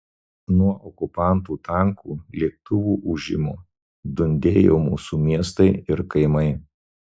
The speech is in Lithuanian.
nuo okupantų tankų lėktuvų ūžimo dundėjo mūsų miestai ir kaimai